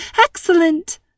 Excellent